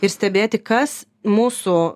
ir stebėti kas mūsų